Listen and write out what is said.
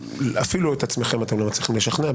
ואפילו את עצמכם אתם לא מצליחים לשכנע,